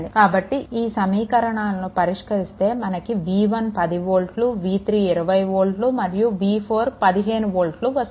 కాబట్టి ఈ సమీకరణాలను పరిష్కరిస్తే మనకు v1 10 వోల్ట్లు v3 20 వోల్ట్లు మరియు v4 15 వోల్ట్లు వస్తుంది